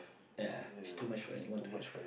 ya it's too much for anyone to have